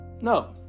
No